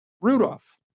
Rudolph